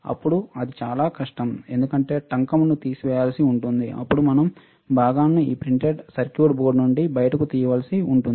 అప్పుడు అది చాలా కష్టం ఎందుకంటే టంకమును తీసివేయవలసి ఉంటుంది అప్పుడు మనం భాగాలను ఈ ప్రింటెడ్ సర్క్యూట్ బోర్డ్ నుండి బయటకు తీయవలసి ఉంటుంది